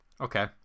Okay